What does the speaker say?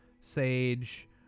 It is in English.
sage